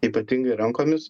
ypatingai rankomis